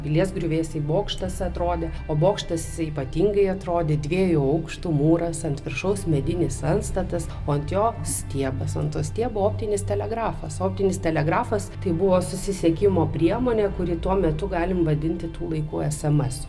pilies griuvėsiai bokštas atrodė o bokštas ypatingai atrodė dviejų aukštų mūras ant viršaus medinis antstatas ant jo stiebas ant stiebo optinis telegrafas optinis telegrafas tai buvo susisiekimo priemonė kuri tuo metu galime vadinti tų laikų esamesu